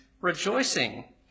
rejoicing